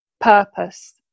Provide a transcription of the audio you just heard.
purpose